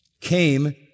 came